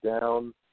down